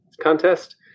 Contest